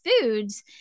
foods